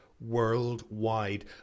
worldwide